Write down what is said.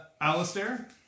Alistair